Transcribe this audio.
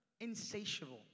Insatiable